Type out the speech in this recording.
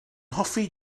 hoffi